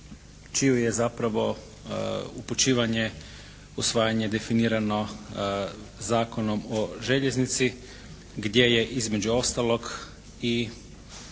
čije je zapravo upućivanje, usvajanje definirano Zakonom o željeznici gdje je između ostalog i